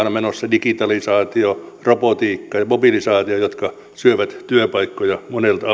digitalisaatio robotiikka ja mobilisaatio jotka syövät työpaikkoja monelta alalta arvoisa